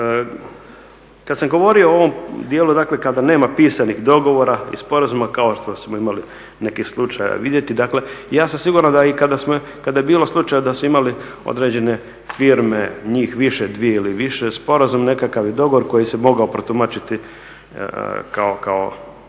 Kad sam govorio o ovom dijelu, dakle kada nema pisanih dogovora i sporazuma kao što smo imali nekih slučaja vidjeti. Dakle, ja sam siguran da i kada je bilo slučajeva da su imali određene firme, njih dvije ili više, sporazum nekakav i dogovor koji se mogao protumačiti kao